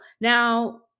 Now